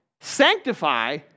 sanctify